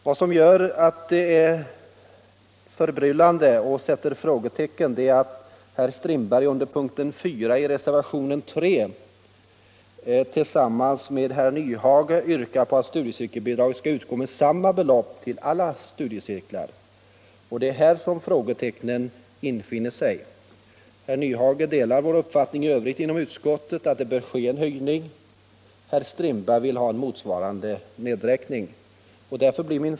Vad som gör det hela något förbryllande och som får mig att sätta ett frågetecken är att herr Strindberg under punkten 4 i reservationen 3 tillsammans med herr Nyhage yrkat att studiecirkelbidraget skall utgå med samma belopp till alla studiecirklar. Det är här som frågorna anmäler sig. Herr Nyhage delar uppfattningen inom utskottet i övrigt att det bör företas en höjning. Herr Strindberg vill ha motsvarande nedräkning.